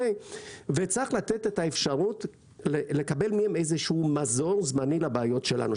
וצריך לתת את האפשרות לקבל מהם איזשהו מזור זמני לבעיות שלנו.